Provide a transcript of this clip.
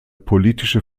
politische